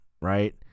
Right